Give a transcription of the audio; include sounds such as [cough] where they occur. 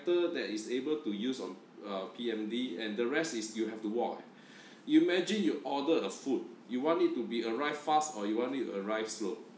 that is able to use on a P_M_D and the rest is you have to void [breath] imagine you ordered a food you want it to be arrive fast or you want it to arrive slow